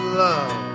love